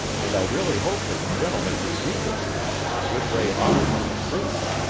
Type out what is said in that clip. and i really hope that the gentleman who drew this map is a good way off from the truth.